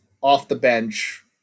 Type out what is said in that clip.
off-the-bench